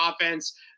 offense